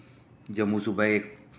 जम्मू सूबे इक